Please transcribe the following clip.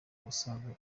usanzwe